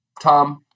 Tom